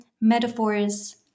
metaphors